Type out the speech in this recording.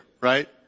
Right